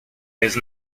bez